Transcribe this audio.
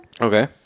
Okay